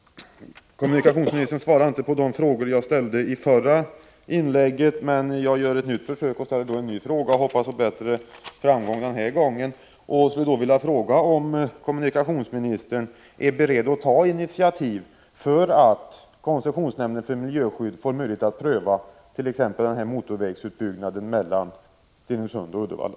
Kommunikationsministern svarade inte på de frågor jag ställde i mitt förra inlägg, men jag gör ett försök med en ny fråga och hoppas på bättre framgång den här gången. Är kommunikationsministern beredd att ta initiativ för att koncessionsnämnden för miljöskydd skall få möjlighet att pröva t.ex. den här motorvägsutbyggnaden mellan Stenungsund och Uddevalla?